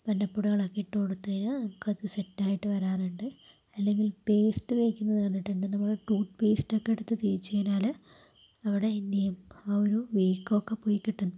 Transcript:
മഞ്ഞപ്പൊടികളൊക്കെ ഇട്ടു കൊടുത്തു കഴിഞ്ഞാൽ നമുക്ക് അത് സെറ്റായിട്ട് വരാറുണ്ട് അല്ലെങ്കിൽ പേസ്റ്റ് തേക്കുന്നത് കണ്ടിട്ടുണ്ട് നമ്മൾ ടൂത്ത് പേസ്റ്റ് ഒക്കെ എടുത്ത് തേച്ച് കഴിഞ്ഞാല് അവിടെ എന്തെയും ആ ഒരു വീക്കോക്കെ പോയിക്കിട്ടും